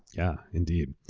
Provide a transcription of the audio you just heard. yeah, indeed.